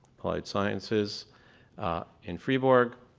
sciences in fribourg.